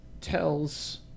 tells